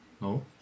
No